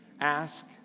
ask